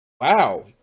wow